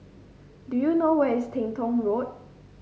do you know where is Teng Tong Road